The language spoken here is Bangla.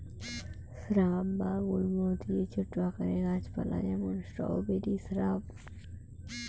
স্রাব বা গুল্ম হতিছে ছোট আকারের গাছ পালা যেমন স্ট্রওবেরি শ্রাব